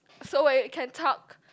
so wait we can talk